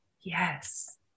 Yes